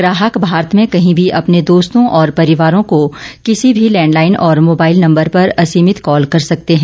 ग्राहक भारत में कहीं भी अपने दोस्तों और परिवारों को किसी भी लैंडलाइन और मोबाइल नंबर पर असीमित कॉल कर सकते हैं